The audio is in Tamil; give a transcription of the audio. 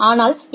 ஆனால் எஃப்